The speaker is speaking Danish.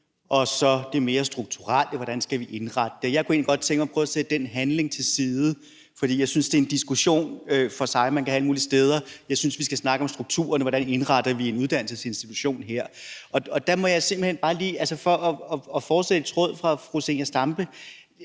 og så det mere strukturelle, altså, hvordan vi skal indrette det. Jeg kunne egentlig godt tænke mig at prøve at sætte den handling til side, fordi jeg synes, det er en diskussion for sig, man kan have alle mulige steder. Jeg synes, vi skal snakke om strukturen og om, hvordan vi indretter en uddannelsesinstitution her. Derfor må jeg bare lige i tråd med fru Zenia Stampe